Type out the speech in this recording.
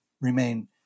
remain